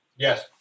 Yes